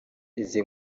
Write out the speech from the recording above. izi